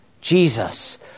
Jesus